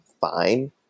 fine